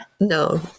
no